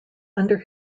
under